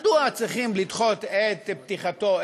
מדוע צריכים לדחות את פתיחתו,